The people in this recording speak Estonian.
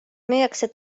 müüakse